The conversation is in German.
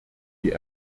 die